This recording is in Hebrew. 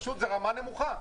זה פשוט רמה נמוכה,